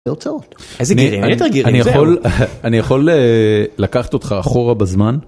אני יכול אני יכול לקחת אותך אחורה בזמן.